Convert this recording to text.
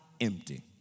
empty